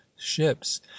ships